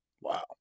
Wow